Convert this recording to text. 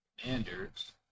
Commanders